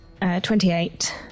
Twenty-eight